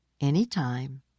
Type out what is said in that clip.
anytime